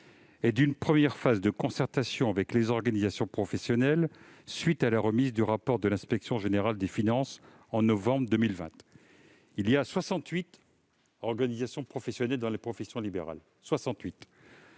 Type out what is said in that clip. et d'une première phase de concertation avec les organisations professionnelles à la suite de la remise du rapport de l'inspection générale des finances en novembre 2020. Il y a 68 organisations professionnelles dans les professions libérales ;